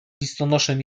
listonoszem